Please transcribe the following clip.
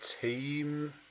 team